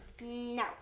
No